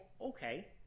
okay